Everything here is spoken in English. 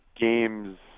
games